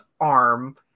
arm